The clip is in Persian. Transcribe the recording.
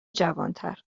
جوانتر